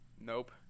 nope